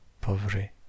poverty